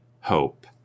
hope